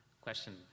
Question